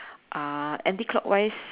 uh anti clockwise